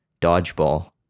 Dodgeball